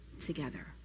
together